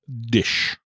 dish